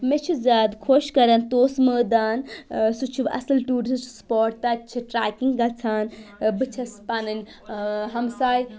مےٚ چھِ زیادٕ خۄش کَران توسہٕ مٲدان سُہ چھِ اَصٕل ٹیوٗرِسٹ سٕپاٹ تَتہِ چھِ ٹرٛیکِنٛگ گَژھان بہٕ چھٮ۪س پَنٕنۍ ہمساے